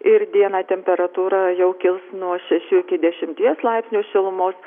ir dieną temperatūra jau kils nuo šešių iki dešimties laipsnių šilumos